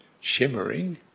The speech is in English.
shimmering